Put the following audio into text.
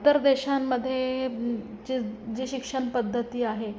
इतर देशांमध्ये जे जे शिक्षण पद्धती आहे